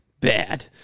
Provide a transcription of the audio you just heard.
bad